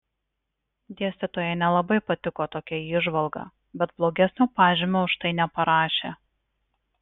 dėstytojai nelabai patiko tokia įžvalga bet blogesnio pažymio už tai neparašė